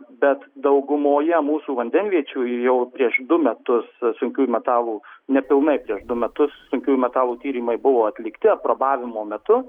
bet daugumoje mūsų vandenviečių jau prieš du metus sunkiųjų metalų nepilnai prieš du metus sunkiųjų metalų tyrimai buvo atlikti aprobavimo metu